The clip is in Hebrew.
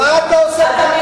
מה אתה עושה פה הצגות,